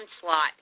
slot